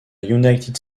united